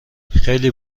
خیلی